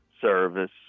service